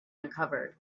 uncovered